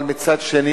אבל מצד שני,